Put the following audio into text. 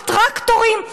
הטרקטורים,